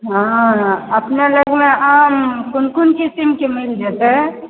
हँ अपना लगमे आम कोन कोन किसिमके मिल जेतै